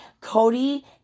Cody